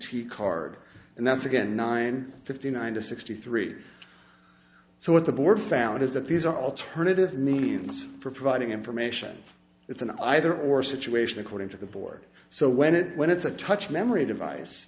t card and that's again nine fifty nine to sixty three so what the board found is that these are alternative means for providing information it's an either or situation according to the board so when it when it's a touch memory device